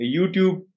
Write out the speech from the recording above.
YouTube